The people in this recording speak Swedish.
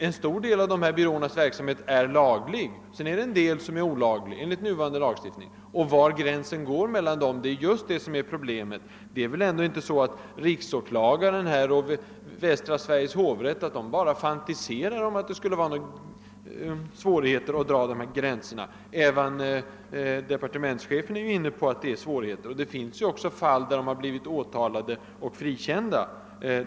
En stor del av dessa byråer driver en laglig verksamhet, andra en o!agliv, men det är just svårigheten att veta var gränsen går enligt nuvarande lagstiftning. Riksåklagaren och hovrätten för Västra Sverige fantiserar inte bara när de säger att det är svårt att dra gränsen. Även departementschefen medger att det är svårt. Det har också förekommit fall då byråer har åtalats men frikänts.